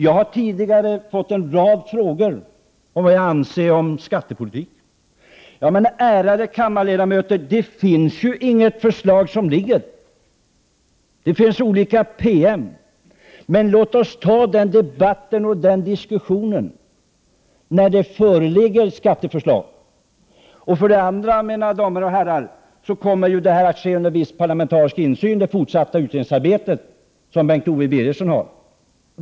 Jag har tidigare fått en rad frågor om vad jag anser om skattepolitiken. Ärade kammarledamöter, det föreligger inte något förslag. Det finns olika PM. Låt oss ta den debatten och den diskussionen när skatteförslag föreligger. Dessutom kommer det fortsatta utredningsarbete som Bengt Owe Birgersson gör att ske under viss parlamentarisk insyn, mina damer och herrar.